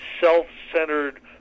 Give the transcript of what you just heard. self-centered